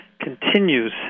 continues